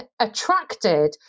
attracted